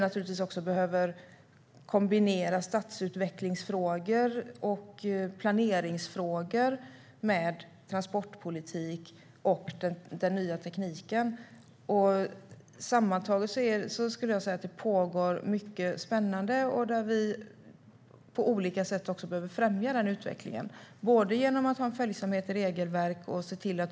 Vi behöver kombinera stadsutvecklingsfrågor och planeringsfrågor med transportpolitik och den nya tekniken. Sammantaget pågår mycket spännande. Vi behöver på olika sätt främja den utvecklingen genom att ha en följsamhet i regelverk.